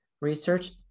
Research